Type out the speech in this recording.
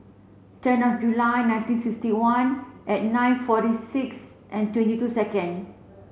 ten of July nineteen sixty one at nine forty six and twenty two second